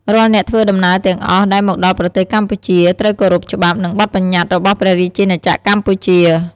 រាល់អ្នកធ្វើដំណើរទាំងអស់ដែលមកដល់ប្រទេសកម្ពុជាត្រូវគោរពច្បាប់ និងបទប្បញ្ញត្តិរបស់ព្រះរាជាណាចក្រកម្ពុជា។